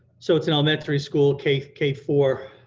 so it's an elementary school k k four.